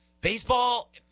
Baseball